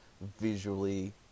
visually